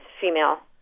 female